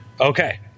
Okay